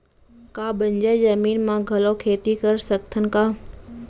का बंजर जमीन म घलो खेती कर सकथन का?